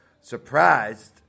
Surprised